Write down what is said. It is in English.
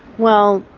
well,